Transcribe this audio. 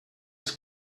els